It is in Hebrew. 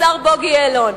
השר בוגי יעלון.